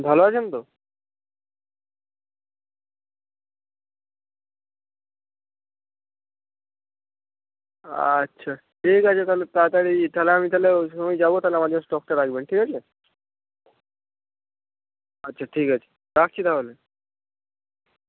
ভালো আছেন তো আচ্ছা ঠিক আছে তাহলে তাড়াতাড়ি তাহলে আমি তাহলে ওই সময়ই যাবো তাহলে আমার জন্য স্টকটা রাখবেন ঠিক আছে আচ্ছা ঠিক আছে রাখছি তাহলে